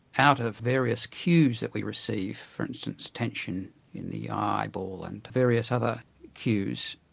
out of various cues that we receive, for instance, tension in the eyeball and various other cues,